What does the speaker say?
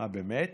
מה, באמת?